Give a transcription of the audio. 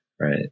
Right